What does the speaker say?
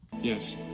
Yes